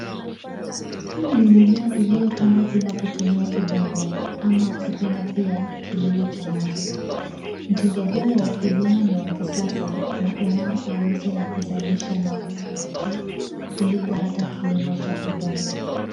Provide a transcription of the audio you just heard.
Hii ni mimea iliyo pandwa bila kutumia udongo, ama ukipenda pia kilimo cha maji. Mtindo huu wa ukulima ni wa kisasa na unao uwezo wa kuzalisha mavuno ya juu kuliko hata kilimo cha udongo.